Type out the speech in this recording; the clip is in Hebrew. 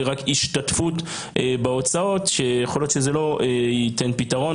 רק השתתפות בהוצאות שיכול להיות שזה לא ייתן פתרון.